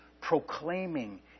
proclaiming